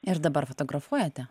ir dabar fotografuojate